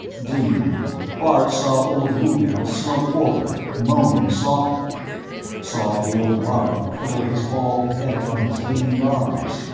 dimly bart saw old rugel slump forward, moaning softly saw the old lhari pillow his bald head on his veined arms.